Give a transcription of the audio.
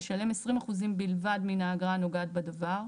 ישלם 20% בלבד מן האגרה הנוגעת בדבר,